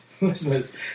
listeners